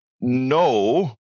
no